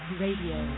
radio